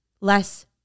less